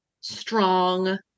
strong